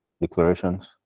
declarations